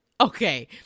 Okay